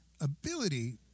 ability